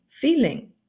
feeling